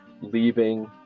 leaving